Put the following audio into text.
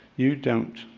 you don't.